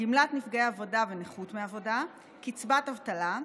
גמלת נפגעי עבודה ונכות מעבודה, קצבת אבטלה,